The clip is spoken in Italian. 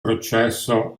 processo